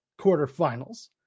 quarterfinals